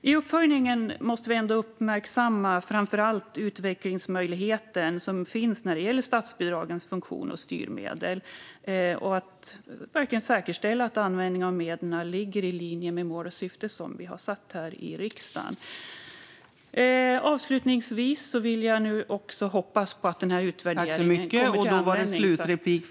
Vid uppföljningen måste vi ändå uppmärksamma framför allt de utvecklingsmöjligheter som finns när det gäller statsbidragens funktion och styrmedel och verkligen säkerställa att användningen av medel ligger i linje med de mål och syften som har fastställts av riksdagen. Avslutningsvis hoppas jag att denna utvärdering kommer till användning.